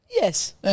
Yes